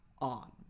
ON